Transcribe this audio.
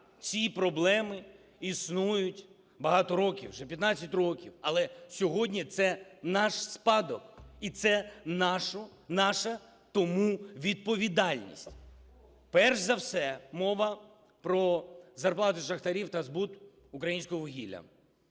ці проблеми існують багато років, вже 15 років. Але сьогодні, це наш спадок і це наша тому відповідальність. Перш за все, мова про зарплати шахтарів та збут українського вугілля.